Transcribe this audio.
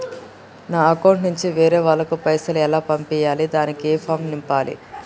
నా అకౌంట్ నుంచి వేరే వాళ్ళకు పైసలు ఎలా పంపియ్యాలి దానికి ఏ ఫామ్ నింపాలి?